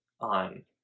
on